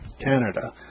Canada